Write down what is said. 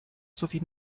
sowie